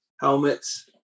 helmets